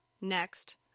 Next